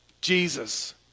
Jesus